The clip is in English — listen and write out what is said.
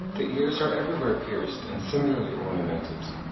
the ears are everywhere pierced and similarly ornamented,